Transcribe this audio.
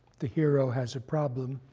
the hero has a problem.